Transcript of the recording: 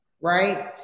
right